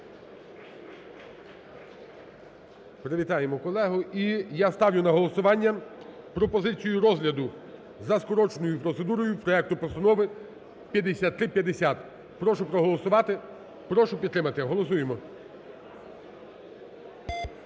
Привітаємо колегу. І я ставлю на голосування пропозицію розгляду за скороченою процедурою проекту Постанови 5350. Прошу проголосувати, прошу підтримати. Голосуємо.